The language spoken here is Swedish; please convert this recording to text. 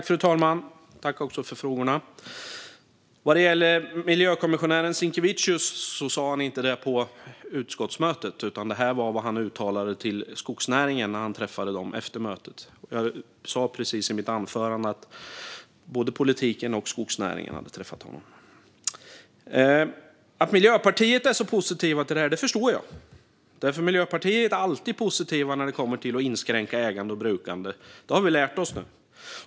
Fru talman! Tack för frågorna! När det gäller miljökommissionären Sinkevicius sa han inte detta på utskottsmötet, utan det var vad han uttalade till skogsnäringen när han träffade dem efter mötet. Jag sa just i mitt anförande att både politiken och skogsnäringen hade träffat honom. Att Miljöpartiet är så positiva till det här förstår jag, för Miljöpartiet är alltid positiva när det kommer till att inskränka ägande och brukande. Det har vi lärt oss nu.